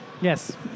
Yes